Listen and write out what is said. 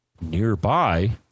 nearby